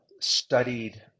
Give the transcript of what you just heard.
Studied